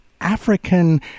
African